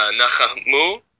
Nachamu